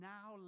Now